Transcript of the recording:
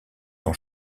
son